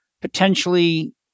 potentially